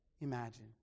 imagine